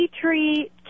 tree